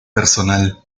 personal